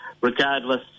regardless